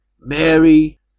Mary